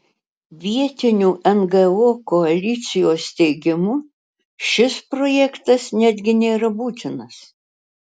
vietinių ngo koalicijos teigimu šis projektas netgi nėra būtinas